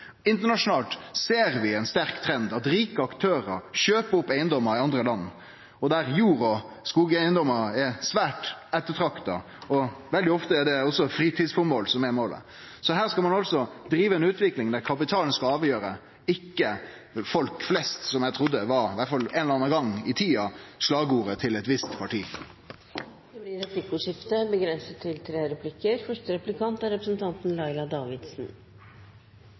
Internasjonalt ser vi ein sterk trend. Rike aktørar kjøper opp eigedomar i andre land der jord og skogeigedomar er svært ettertrakta, og veldig ofte er det til fritidsføremål. Så her skal ein altså drive ei utvikling der kapitalen skal avgjere, ikkje folk flest – som eg i alle fall ein gong i tida trudde var slagordet til eit visst parti. Det blir replikkordskifte.